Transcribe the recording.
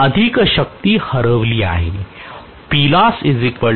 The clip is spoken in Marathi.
तर अधिक शक्ती हरवली आहे